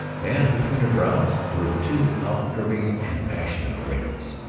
and between her brows were two outcurving and passionate wrinkles.